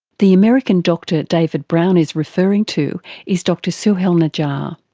the american doctor david brown is referring to is dr souhel najjar.